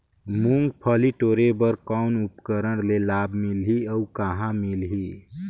मुंगफली टोरे बर कौन उपकरण ले लाभ मिलही अउ कहाँ मिलही?